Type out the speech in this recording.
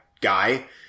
guy